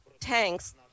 tanks